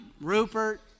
Rupert